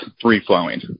free-flowing